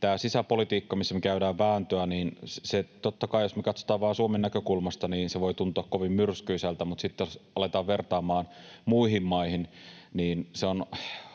tämä sisäpolitiikka, missä me käydään vääntöä — se, totta kai, jos me katsotaan vain Suomen näkökulmasta, voi tuntua kovin myrskyisältä, mutta sitten jos aletaan vertaamaan muihin maihin, niin se on